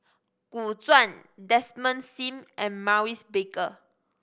Gu Zuan Desmond Sim and Maurice Baker